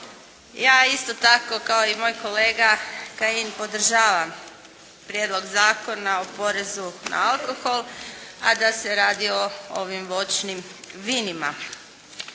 Ja isto tako kao i moj kolega Kajin podržavam Prijedlog zakona o porezu na alkohol a da se radi o ovim voćnim vinima.